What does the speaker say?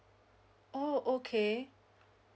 oh okay